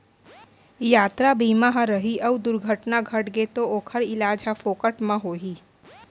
यातरा बीमा ह रही अउ दुरघटना घटगे तौ ओकर इलाज ह फोकट म होही